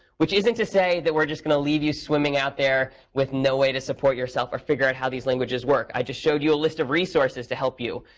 which isn't to say that we're just going to leave you swimming out there with no way to support yourself or figure out how these languages work. i just showed you a list of resources to help you.